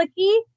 clicky